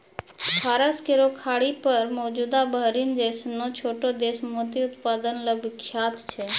फारस केरो खाड़ी पर मौजूद बहरीन जैसनो छोटो देश मोती उत्पादन ल विख्यात छै